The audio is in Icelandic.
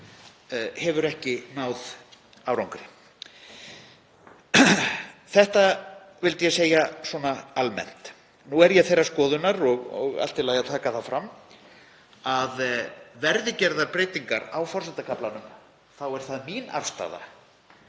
hefur ekki náð árangri. Þetta vildi ég segja svona almennt. Nú er ég þeirrar skoðunar, og allt í lagi að taka það fram, að verði gerðar breytingar á forsetakaflanum, eigi það að